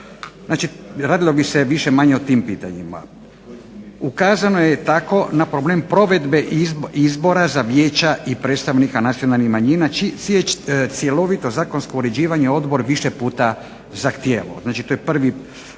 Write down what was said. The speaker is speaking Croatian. znači radilo bi se manje-više o tim pitanjima. Ukazano je tako na problem provedbe izbora za vijeća i predstavnika nacionalnih manjina čije zakonsko uređivanje odbor više puta zahtijevao, znači to je prvi